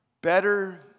Better